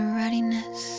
readiness